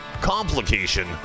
Complication